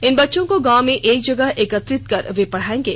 इन बच्चों को गांव में एक जगह एकत्रित कर वे पढ़ाएंगे